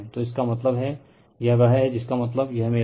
तो इसका मतलब हैं यह वह हैं जिसका मतलब हैं यह मेरा Van हैं